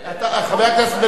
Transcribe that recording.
חבר הכנסת בן-ארי,